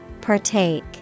Partake